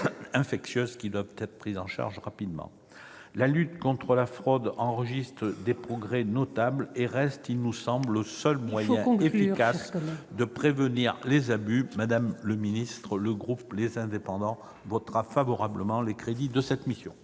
infectieuses, nécessitant une prise en charge rapide. La lutte contre la fraude enregistre des progrès notables et reste, il nous semble, le seul moyen efficace de prévenir les abus. Le groupe Les Indépendants votera favorablement les crédits de cette mission.